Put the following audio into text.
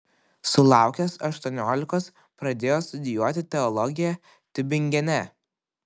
sulaukęs aštuoniolikos pradėjo studijuoti teologiją tiubingene